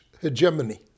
hegemony